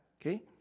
okay